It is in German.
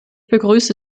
begrüße